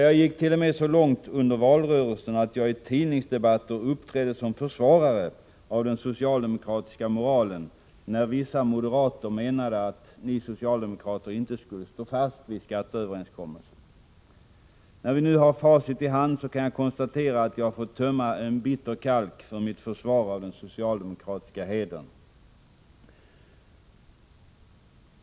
Jag gick t.o.m. så långt under valrörelsen att jag i tidningsdebatter uppträdde som försvarare av den socialdemokratiska moralen, när vissa moderater menade att ni socialdemokrater inte skulle stå fast vid skatteöverenskommelsen. När vi nu har facit i hand kan jag konstatera att jag har fått tömma en bitter kalk för mitt försvar av den socialdemokratiska hedern.